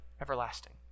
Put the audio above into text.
everlasting